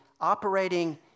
operating